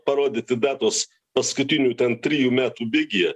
parodyti datos paskutinių ten trijų metų bėgyje